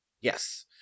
Yes